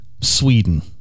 sweden